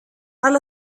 على